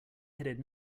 headed